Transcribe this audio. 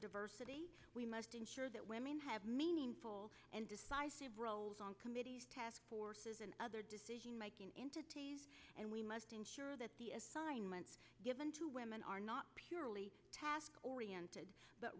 diversity we must ensure that women have meaningful and decisive roles on committees task forces and other decision making entities and we must ensure that the assignments given to women are not purely task oriented but